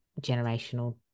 generational